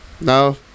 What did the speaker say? No